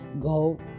go